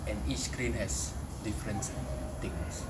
and each screen has different things